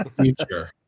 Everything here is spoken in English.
future